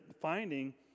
finding